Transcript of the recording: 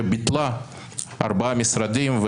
שביטלה ארבעה משרדים,